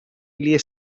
gli